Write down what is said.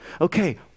Okay